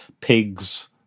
pigs